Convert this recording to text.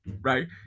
right